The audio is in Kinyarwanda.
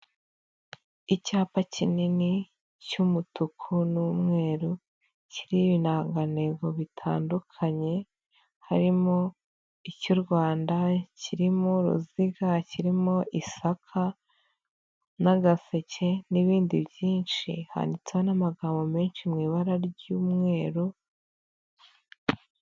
Icyapa kinini cy'umutuku n'umweru kiriho ibirangantego bitandukanye harimo: icy'u Rwanda kirimo m'uruziga, kirimo isaka n'agaseke n'ibindi byinshi, handitseho n'amagambo menshi mu ibara ry'umweru.